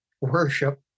worship